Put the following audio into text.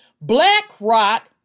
BlackRock